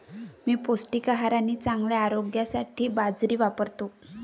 मी पौष्टिक आहार आणि चांगल्या आरोग्यासाठी बाजरी वापरतो